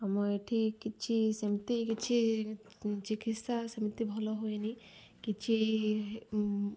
ଆମ ଏଠି କିଛି ସେମିତି କିଛି ଚିକିତ୍ସା ସେମିତି ଭଲ ହୁଏନି କିଛି